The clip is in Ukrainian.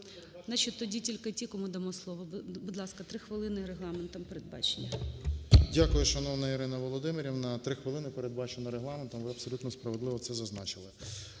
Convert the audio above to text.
тоді тільки ті, кому дамо слово. Будь ласка, 3 хвилини Регламентом передбачені. 12:06:26 ВЛАСЕНКО С.В. Дякую, шановна Ірина Володимирівна. Три хвилини передбачено Регламентом, ви абсолютно справедливо це зазначили.